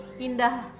indah